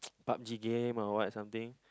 Pub-G game or what something